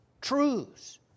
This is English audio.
truths